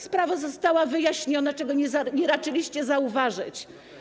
Sprawa została wyjaśniona, czego nie raczyliście zauważyć.